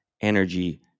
energy